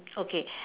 okay